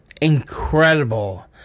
incredible